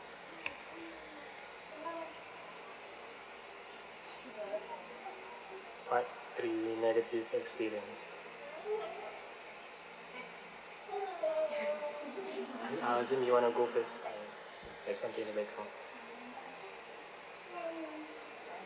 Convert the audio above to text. part three negative experience uh hasbi you wanna go first I have something to